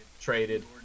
Traded